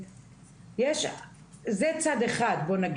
בוא נגיד שזה צד אחד שהוא מאוד קשה.